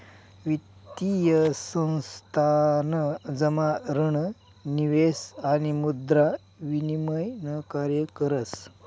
वित्तीय संस्थान जमा ऋण निवेश आणि मुद्रा विनिमय न कार्य करस